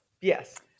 Yes